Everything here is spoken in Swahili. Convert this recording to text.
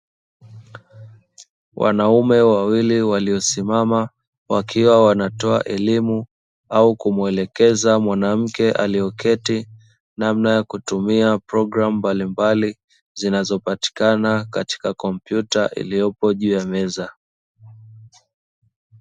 Wanaume wawili waliosimama wakiwa wanatoa elimu au kumwelekeza mwanamke aliyeketi namna ya kutumia programu mbalimbali zinazopatikana katika kompyuta iliyopo juu ya meza.